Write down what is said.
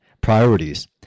priorities